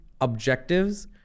objectives